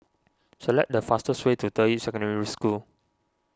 select the fastest way to Deyi Secondary School